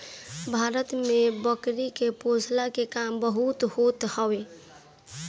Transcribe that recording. भारत में बकरी के पोषला के काम बहुते होत हवे